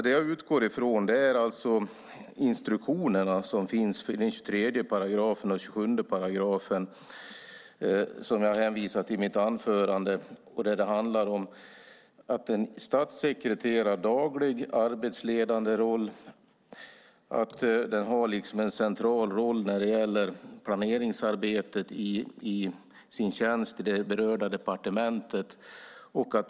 Det jag utgår ifrån är instruktionerna som finns i 23 § och 27 §, som jag hänvisade till i mitt anförande. Det handlar om att en statssekreterares dagliga, arbetsledande roll är central när det gäller planeringsarbetet i sin tjänst på det berörda departementet.